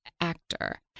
actor